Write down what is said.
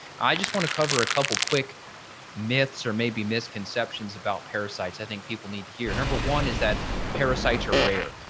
i just want to cover a couple quick myths or maybe misconceptions about parasites i think people need to hear number one is that parasites are rare.